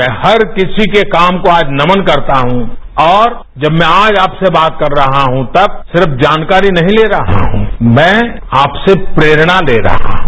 मैं हर किसी के काम को आज नमन करता हूं और जब मैं आज आपसे बात कर रहा हूं तब सिर्फ जानकारी नहीं ते रहा हूं मैं आपसे प्रेरणा ले रहा हूं